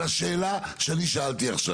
על השאלה שאני שאלתי עכשיו.